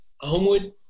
Homewood